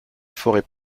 forêts